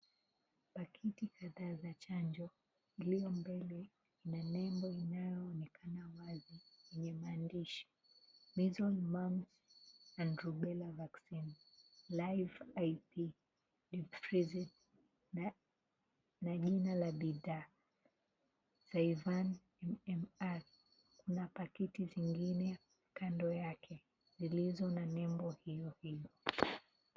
Pakiti kadhaa za chanjo iliyo mbele ina nembo inayoonekana wazi yenye maandishi Measles, Mumps and Rubella Vaccine, Life IP, Deep Freeze na jina la bidhaa, Zyvac MMR. Mna pakiti zingine kando yake zilizo na nembo hiyo hiyo.